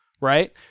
Right